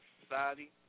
society